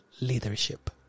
leadership